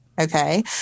Okay